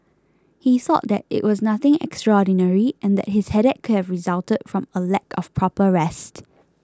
he thought that it was nothing extraordinary and that his headache could have resulted from a lack of proper rest